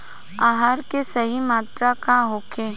आहार के सही मात्रा का होखे?